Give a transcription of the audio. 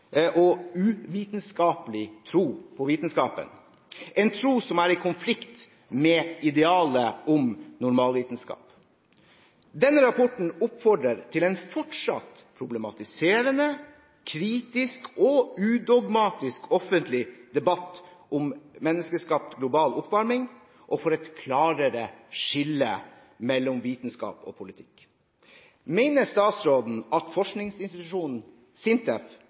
og uvitenskapelig tro på vitenskapen – en tro som er i konflikt med idealet om «normalvitenskap». Denne rapporten oppfordrer til en fortsatt problematiserende, kritisk og udogmatisk offentlig debatt om menneskeskapt global oppvarming, og til et klarere skille mellom vitenskap og politikk. Mener statsråden at forskningsinstitusjonen SINTEF